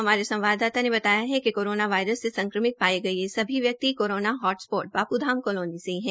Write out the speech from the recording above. हमारे संवाददाता ने बताया कि कोरोना से संक्रमित पाये गये यह सभी व्यक्ति corona hotspot Bapudham colony से है